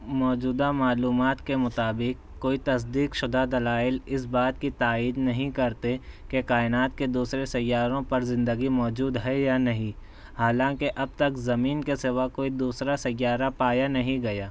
موجودہ معلومات کے مطابق کوئی تصدیق شدہ دلائل اِس بات کی تائید نہیں کرتے کہ کائنات کے دوسرے سیاروں پر زندگی موجود ہے یا نہیں حالانکہ اب تک زمین کے سوا کوئی دوسرا سیارہ پایا نہیں گیا